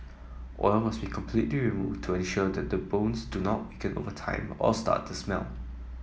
oil must be completely removed to ensure that the bones do not weaken over time or start to smell